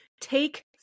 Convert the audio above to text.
take